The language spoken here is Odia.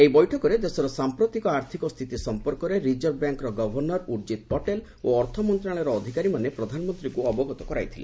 ଏହି ବୈଠକରେ ଦେଶର ସାମ୍ପ୍ରତିକ ଆର୍ଥକ ସ୍ଥିତି ସମ୍ପର୍କରେ ରିଜର୍ଭ ବ୍ୟାଙ୍କର ଗଭର୍ଣ୍ଣର ଉର୍ଜିତ ପଟେଲ ଓ ଅର୍ଥମନ୍ତ୍ରଣାଳୟର ଅଧିକାରୀମାନେ ପ୍ରଧାନମନ୍ତ୍ରୀଙ୍କୁ ଅବଗତ କରାଇଥିଲେ